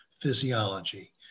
physiology